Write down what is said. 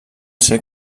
ser